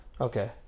Okay